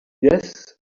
yes